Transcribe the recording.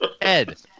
Ed